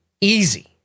easy